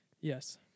Yes